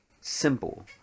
simple